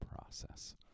process